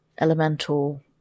elemental